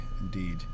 Indeed